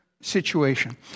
situation